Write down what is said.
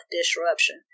disruption